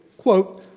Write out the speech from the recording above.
quote,